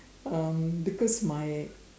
um because my